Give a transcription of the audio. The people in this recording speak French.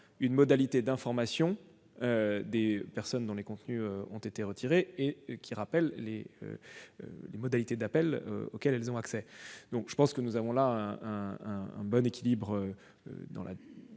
une modalité d'information des auteurs dont les contenus ont été retirés et un rappel des modalités d'appel auxquelles ils ont accès. Nous avons donc atteint là un bon équilibre